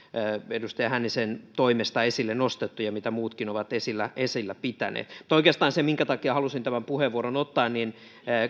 edustaja hännisen toimesta esille nostettu ja mitä muutkin ovat esillä esillä pitäneet mutta oikeastaan se minkä takia halusin tämän puheenvuoron ottaa on se että